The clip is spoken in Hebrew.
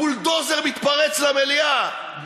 בולדוזר מתפרץ למליאה,